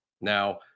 Now